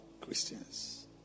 Christians